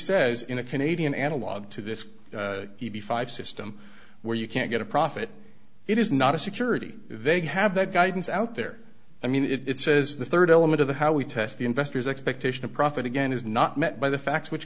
says in a canadian analog to this be five system where you can't get a profit it is not a security they have that guidance out there i mean it's says the rd element of the how we test the investors expectation of profit again is not met by the facts which